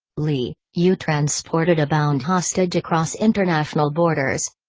leigh, you transported a bound hostage across international borders.